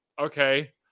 Okay